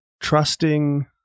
trusting